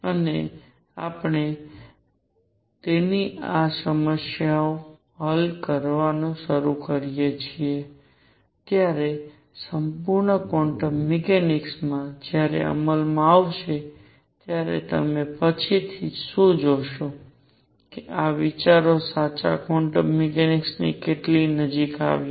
અને જ્યારે આપણે તેની સાથે સમસ્યાઓ હલ કરવાનું શરૂ કરીએ છીએ ત્યારે સંપૂર્ણ ક્વોન્ટમ મિકેનિક્સ જ્યારે અમલમાં આવશે ત્યારે તમે પછીથી શું જોશો કે આ વિચારો સાચા ક્વોન્ટમ મિકેનિક્સની કેટલી નજીક આવ્યા